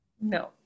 No